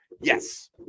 Yes